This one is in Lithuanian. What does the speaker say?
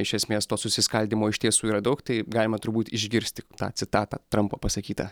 iš esmės to susiskaldymo iš tiesų yra daug tai galima turbūt išgirsti tą citatą trampo pasakytą